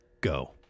go